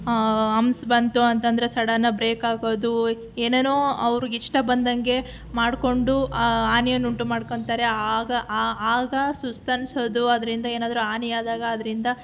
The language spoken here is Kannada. ಅಂಪ್ಸ್ ಬಂತು ಅಂತಂದರೆ ಸಡನ್ ಬ್ರೇಕ್ ಹಾಕೋದು ಏನೇನೋ ಅವರಿಗೆ ಇಷ್ಟ ಬಂದಂಗೆ ಮಾಡಿಕೊಂಡು ಹಾನಿಯನ್ನು ಉಂಟುಮಾಡ್ಕೋತಾರೆ ಆಗ ಆಗ ಸುಸ್ತು ಅನ್ನಿಸೋದು ಅದರಿಂದ ಏನಾದರೂ ಹಾನಿ ಆದಾಗ ಅದರಿಂದ